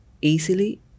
easily